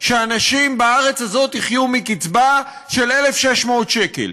שאנשים בארץ הזאת יחיו מקצבה של 1,600 שקל?